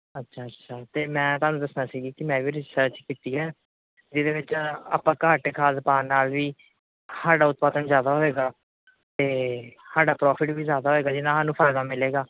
ਅੱਛਾ ਅੱਛਾ ਤਾਂ ਮੈਂ ਤੁਹਾਨੂੰ ਦੱਸਣਾ ਸੀ ਵੀ ਕਿ ਮੈਂ ਵੀ ਰਿਸਰਚ ਕੀਤੀ ਹੈ ਜਿਹਦੇ ਵਿੱਚ ਆਪਾਂ ਘੱਟ ਖਾਦ ਪਾਉਣ ਨਾਲ ਵੀ ਸਾਡਾ ਉਤਪਾਦਨ ਜ਼ਿਆਦਾ ਹੋਏਗਾ ਅਤੇ ਸਾਡਾ ਪ੍ਰੋਫਿਟ ਵੀ ਜ਼ਿਆਦਾ ਹੋਏਗਾ ਜਿਹਦੇ ਨਾਲ ਸਾਨੂੰ ਫਾਇਦਾ ਮਿਲੇਗਾ